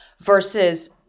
versus